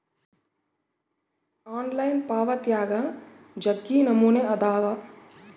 online ಪಾವಾತ್ಯಾಗ ಜಗ್ಗಿ ನಮೂನೆ ಅದಾವ